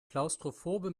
klaustrophobe